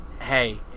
hey